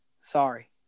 Sorry